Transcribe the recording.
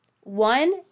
One